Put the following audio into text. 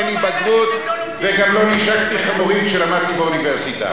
אין לי בגרות וגם לא נישקתי חמורים כשלמדתי באוניברסיטה.